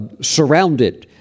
surrounded